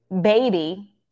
baby